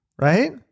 right